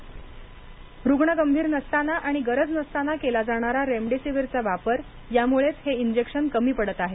remdesivir injection रुग्ण गंभीर नसताना आणि गरज नसताना केला जाणारा रेमडेसिवरचा वापर यामुळेच हे इंजेक्शन कमी पडत आहे